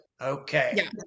okay